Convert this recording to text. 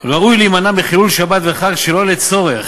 ראוי להימנע מחילול שבת וחג שלא לצורך